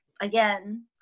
again